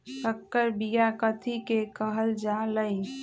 संकर बिया कथि के कहल जा लई?